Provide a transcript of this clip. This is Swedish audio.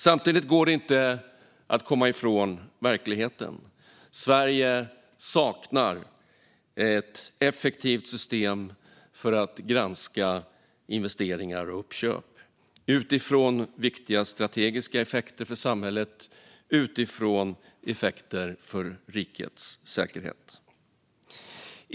Samtidigt går det inte att komma ifrån verkligheten: Sverige saknar ett effektivt system för att granska investeringar och uppköp utifrån viktiga strategiska effekter för samhället och utifrån effekter för rikets säkerhet.